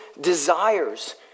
desires